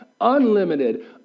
unlimited